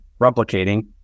replicating